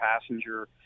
passenger